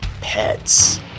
pets